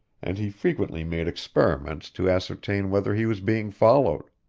and he frequently made experiments to ascertain whether he was being followed.